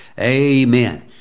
Amen